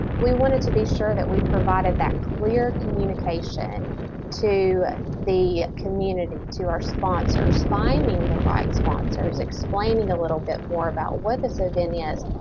we wanted to be sure that we provided that clear communication to the community, to our sponsors, finding the right sponsors, explaining a little bit more about what this event is.